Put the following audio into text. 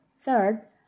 Third